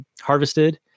harvested